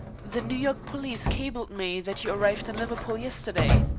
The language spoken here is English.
the new york police cabled me that you arrived in liverpool yesterday.